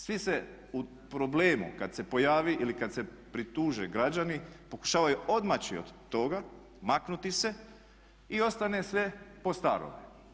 Svi se u problemu kada se pojavi ili kada se prituže građani pokušavaju odmaći od toga, maknuti se i ostane sve po starome.